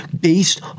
based